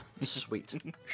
Sweet